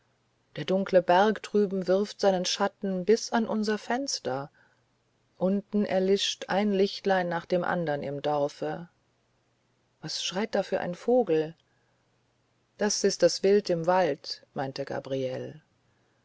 der dunkle berg drüben wirft seinen schatten bis an unser fenster unten erlischt ein lichtlein nach dem andern im dorfe was schreit da für ein vogel das ist das wild im walde meinte gabriele